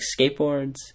skateboards